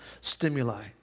stimuli